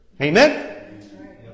Amen